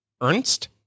ernst